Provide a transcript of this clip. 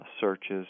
searches